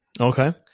Okay